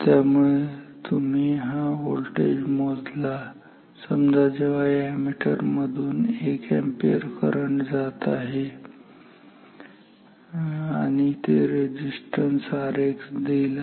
त्यामुळे तुम्ही हा व्होल्टेज मोजला समजा जेव्हा या अॅमीटर मधून एक अॅम्पियर करंट जात आहे आणि ते रेझिस्टन्स Rx देईल ठीक आहे